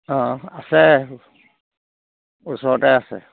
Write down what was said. অঁ আছে ওচৰতে আছে